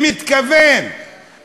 במתכוון,